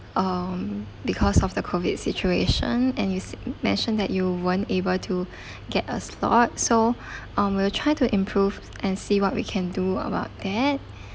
um because of the COVID situation and you sa~ mentioned that you weren't able to get a slot so um we'll try to improve and see what we can do about that